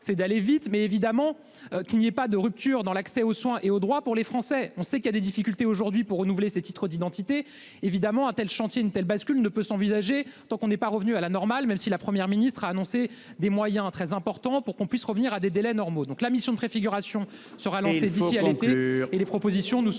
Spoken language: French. c'est d'aller vite mais évidemment qu'il n'y ait pas de rupture dans l'accès aux soins et aux droits pour les Français, on sait qu'il y a des difficultés aujourd'hui pour renouveler ses titres d'identité évidemment tel chantier une telle bascule ne peut s'envisager. Donc on n'est pas revenu à la normale même si la Première ministre a annoncé des moyens très importants pour qu'on puisse revenir à des délais normaux. Donc la mission de préfiguration sera lancée d'ici à l'été.